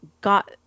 got